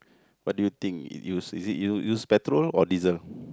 what do you think is it use petrol or diesel